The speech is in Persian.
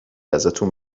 ازتون